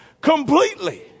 Completely